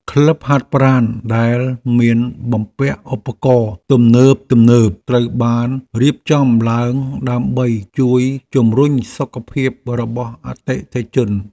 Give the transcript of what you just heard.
ក្លឹបហាត់ប្រាណដែលមានបំពាក់ឧបករណ៍ទំនើបៗត្រូវបានរៀបចំឡើងដើម្បីជួយជម្រុញសុខភាពរបស់អតិថិជន។